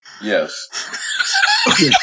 Yes